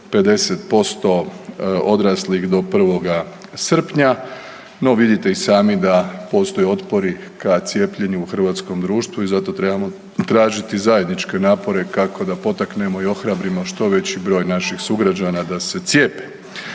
50% odraslih do 1. srpnja, no vidite i sami da postoje otpori ka cijepljenju u hrvatskom društvu i zato trebamo tražiti zajedničke napore kako da potaknemo i ohrabrimo što veći broj naših sugrađana da se cijepe.